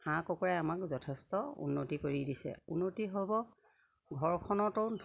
হাঁহ কুকুৰাই আমাক যথেষ্ট উন্নতি কৰি দিছে উন্নতি হ'ব ঘৰখনতো